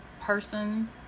person